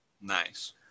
Nice